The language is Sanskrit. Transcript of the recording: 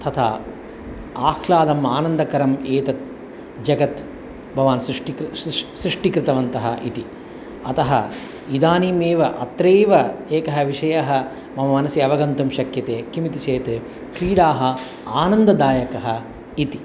तथा आह्लादम् आनन्दकरम् एतत् जगत् भवान् सृष्ठिः सृ सृष्टिकृतवान् इति अतः इदानीमेव अत्रैव एकः विषयः मम मनसि अवगन्तुं शक्यते किम् इति चेत् क्रीडाः आनन्ददायकाः इति